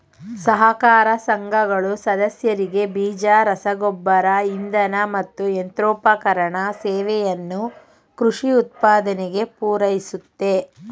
ಸಹಕಾರ ಸಂಘಗಳು ಸದಸ್ಯರಿಗೆ ಬೀಜ ರಸಗೊಬ್ಬರ ಇಂಧನ ಮತ್ತು ಯಂತ್ರೋಪಕರಣ ಸೇವೆಯನ್ನು ಕೃಷಿ ಉತ್ಪಾದನೆಗೆ ಪೂರೈಸುತ್ತೆ